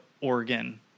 Oregon